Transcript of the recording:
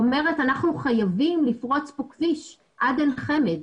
אומרת שאנחנו חייבים לפרוץ כאן כביש עד עין חמד.